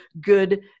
good